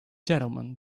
gentlemen